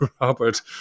Robert